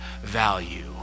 value